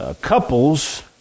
couples